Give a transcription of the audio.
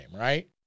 right